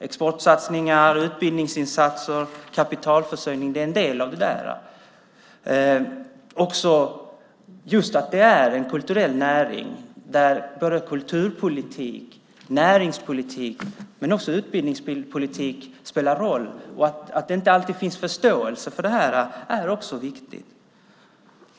Exportsatsningar, utbildningsinsatser och kapitalförsörjning är en del av detta. Just att det är en kulturell näring där både kulturpolitik, näringspolitik och utbildningspolitik spelar roll och att det inte alltid finns förståelse för detta är viktigt.